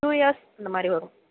two years அந்த மாதிரி வரும்